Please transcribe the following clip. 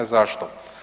Zašto?